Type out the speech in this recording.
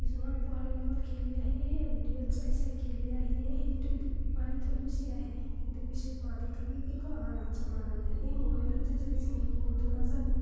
কিছুমান পোৱালিৰ লগত খেলি আহি এইয়া ভিডিঅ'ত চাই চাই খেলি আহিয়ে সেইটো মাৰি থৈ গুচি আহি কিন্তু পিছত মা দেউতাকে কি কয় আমাৰ বাচ্ছা মাৰা নাই এই মোবাইলত যে চাইছে এইখিনিতো নাজানে